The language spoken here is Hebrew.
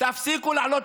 להצבעה.